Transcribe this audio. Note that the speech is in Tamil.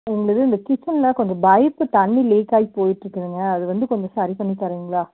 எங்களுது இந்த கிட்சன்ல கொஞ்சம் பைப் தண்ணி லீக் ஆகி போயிட்டு இருக்குதுங்க அது வந்து கொஞ்சம் சரி பண்ணி தரீங்களா